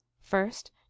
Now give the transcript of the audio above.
First